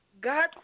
God